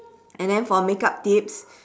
and then for makeup tips